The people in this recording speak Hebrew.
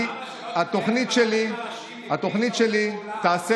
למה שלא תתייעץ עם הרבנים הראשיים, שיתוף פעולה.